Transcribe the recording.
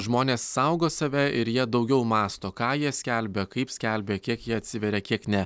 žmonės saugo save ir jie daugiau mąsto ką jie skelbia kaip skelbia kiek jie atsiveria kiek ne